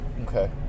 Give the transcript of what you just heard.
Okay